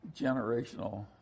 Generational